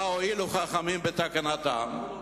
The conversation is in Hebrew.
מה הועילו חכמים בתקנתם?